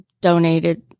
donated